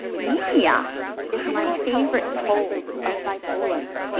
mania is my favorite pole of bipolar